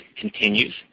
continues